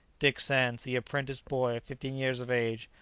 dick sands, the apprentice-boy of fifteen years of age,